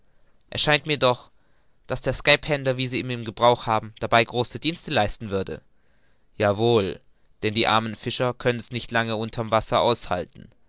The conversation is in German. scheint mir doch daß der skaphander wie sie ihn im gebrauch haben dabei große dienste leisten würde ja wohl denn die armen fischer können's nicht lange unter'm wasser aushalten